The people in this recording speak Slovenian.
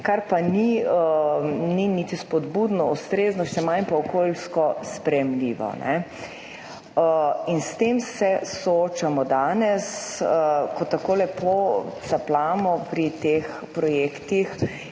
kar pa ni niti spodbudno, ustrezno, še manj pa okoljsko sprejemljivo. S tem se soočamo danes, ko tako lepo capljamo pri teh projektih